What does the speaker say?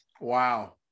wow